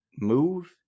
move